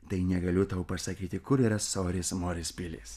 tai negaliu tau pasakyti kur yra sorės morės pilis